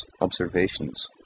observations